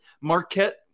Marquette